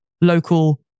local